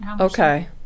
Okay